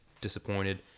disappointed